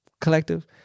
collective